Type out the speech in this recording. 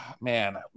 man